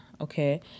okay